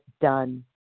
done